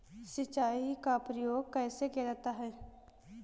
सिंचाई का प्रयोग कैसे किया जाता है?